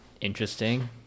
interesting